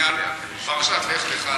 בעניין פרשת לך לך.